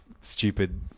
stupid